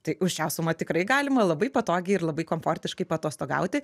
tai už šią sumą tikrai galima labai patogiai ir labai komfortiškai paatostogauti